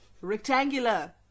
Rectangular